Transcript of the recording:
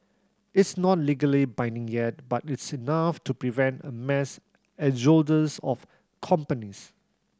it's not legally binding yet but it's enough to prevent a mass exodus of companies